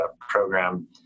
program